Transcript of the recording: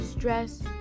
stress